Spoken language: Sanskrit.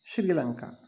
श्रीलङ्का